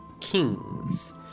kings